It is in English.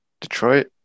Detroit